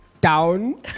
down